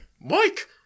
Mike